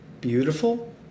Beautiful